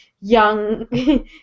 young